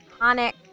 iconic